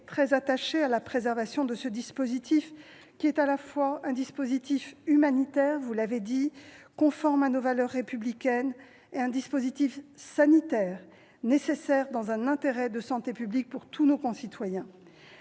très attachée à la préservation de ce dispositif, qui est à la fois un dispositif humanitaire, conforme à nos valeurs républicaines, et un dispositif sanitaire nécessaire, répondant à un intérêt de santé publique pour tous nos concitoyens.